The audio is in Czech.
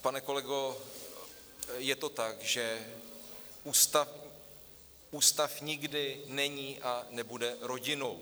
Pane kolego, je to tak, že ústav nikdy není a nebude rodinou.